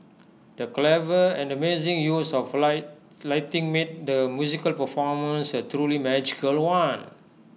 the clever and amazing use of light lighting made the musical performance A truly magical one